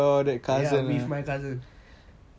ya with my cousin